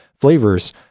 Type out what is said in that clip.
flavors